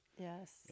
yes